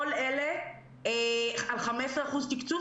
כל אלה על 15% תקצוב.